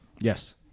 Yes